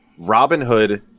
Robinhood